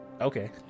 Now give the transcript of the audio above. Okay